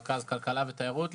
רכז כלכלה ותיירות,